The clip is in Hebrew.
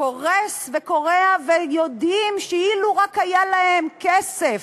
קורס וכורע, והם יודעים שאילו רק היה להם כסף,